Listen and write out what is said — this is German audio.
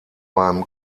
beim